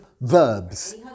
verbs